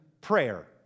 prayer